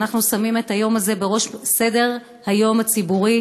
אנחנו שמים את היום הזה בראש סדר-היום הציבורי